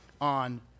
on